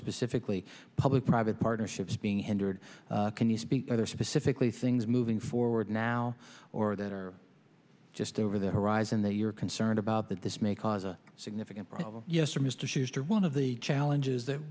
specifically public private partnerships being hindered can you speak specifically things moving forward now or that are just over the horizon the we are concerned about that this may cause a significant problem yes or mr schuester one of the challenges that